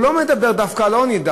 הוא, דוח טאוב, לא מדבר דווקא על עוני.